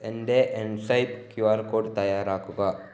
എൻ്റെ mSwipe Q R code തയാറാക്കുക